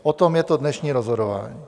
O tom je to dnešní rozhodování.